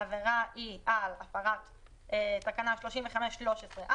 העבירה היא על הפרת תקנה 35(13א),